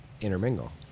intermingle